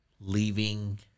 leaving